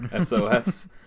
SOS